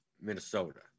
Minnesota